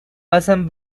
pasan